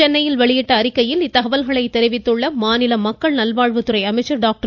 சென்னையில் வெளியிட்ட அறிக்கையில் இத்தகவல்களை தெரிவித்துள்ள மாநில மக்கள் நல்வாழ்வுத்துறை அமைச்சர் டாக்டர்